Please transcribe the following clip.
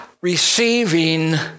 receiving